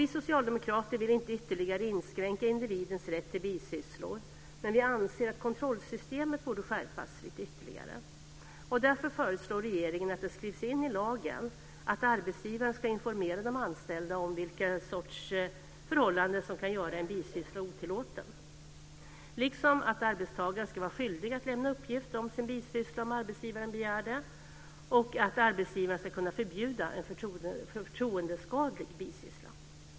Vi socialdemokrater vill inte ytterligare inskränka individens rätt till bisysslor. Men vi anser att kontrollsystemet borde skärpas lite ytterligare. Därför föreslår regeringen att det skrivs in i lagen att arbetsgivaren ska informera de anställda om vilka slags förhållanden som kan göra en bisyssla otillåten, liksom att arbetstagaren ska vara skyldig att lämna uppgifter om sin bisyssla om arbetsgivaren begär det och att arbetsgivaren ska kunna förbjuda en förtroendeskadlig bisyssla.